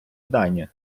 дані